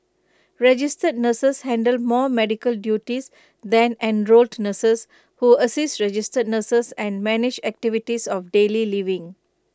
registered nurses handle more medical duties than enrolled nurses who assist registered nurses and manage activities of daily living